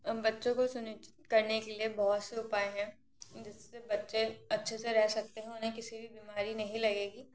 बच्चों को करने के लिए बहुत से उपाय है जिससे बच्चे अच्छे से रह सकते हैं उन्हें किसी भी बीमारी नहीं लगेगी